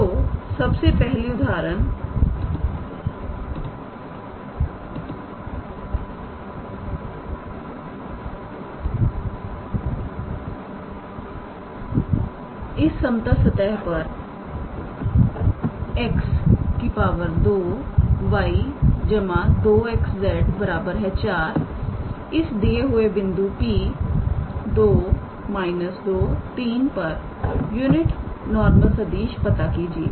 तो पहली उदाहरण है इस समतल सतह पर 𝑥 2𝑦 2𝑥𝑧 4 इस दिए हुए बिंदु 𝑃2 −23 पर यूनिट नॉर्मल सदिश पता कीजिए